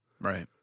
Right